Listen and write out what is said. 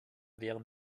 während